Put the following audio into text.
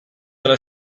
alla